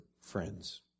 friends